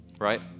right